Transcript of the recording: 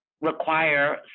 require